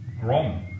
Grom